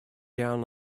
down